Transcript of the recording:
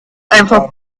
einfach